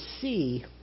see